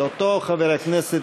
של אותו חבר הכנסת,